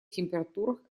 температурах